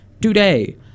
today